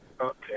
Okay